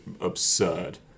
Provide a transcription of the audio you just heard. absurd